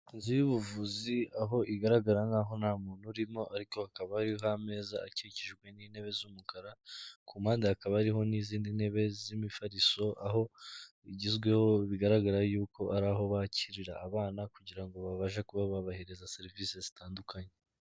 Inzu y'ubuvuzi aho igaragara nk'aho nta muntu urimo ariko hakaba ariho ameza akikijwe n'intebe z'umukara, ku mpande hakaba hariho n'izindi ntebe z'imifariso, aho bigezweho bigaragara yuko ari aho bakirira abana kugira ngo babashe kubahereza serivisi zitandukanye.